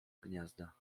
gniazda